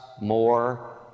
more